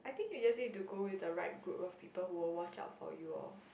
I think you just need to go with the right group of people who will watch out for you all